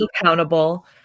accountable